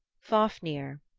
fafnir,